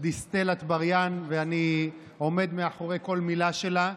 דיסטל אטבריאן, ואני עומד מאחורי כל מילה שלה.